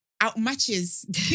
outmatches